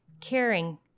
caring